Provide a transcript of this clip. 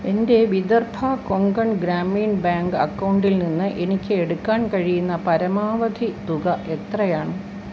എൻ്റെ വിദർഭ കൊങ്കൺ ഗ്രാമീൺ ബാങ്ക് അക്കൗണ്ടിൽനിന്ന് എനിക്ക് എടുക്കാൻ കഴിയുന്ന പരമാവധി തുക എത്രയാണ്